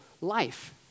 life